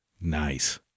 Nice